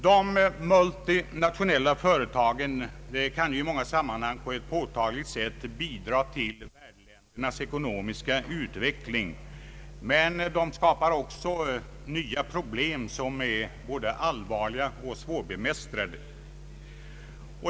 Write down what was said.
De multinationella företagen kan i många sammanhang på ett påtagligt sätt bidra till värdländernas ekonomiska utveckling, men de skapar också nya problem som är både allvarliga och svårbemästrade.